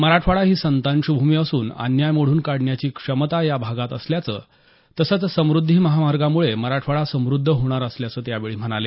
मराठवाडा ही संतांची भूमी असून अन्याय मोडून काढण्याची क्षमता या भागात असल्याचं तसंच समुद्धी महामार्गामुळे मराठवाडा समुद्ध होणार असल्याचं ते यावेळी म्हणाले